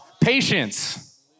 Patience